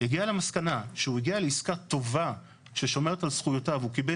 הגיע למסקנה שהוא הגיע לעסקה טובה ששומרת על זכויותיו והוא קיבל